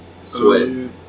sweat